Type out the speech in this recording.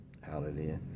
Hallelujah